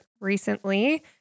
recently